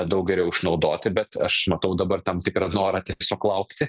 daug geriau išnaudoti bet aš matau dabar tam tikrą norą tiesiog laukti